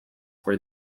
were